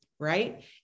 right